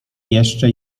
jeszcze